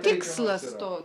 tikslas to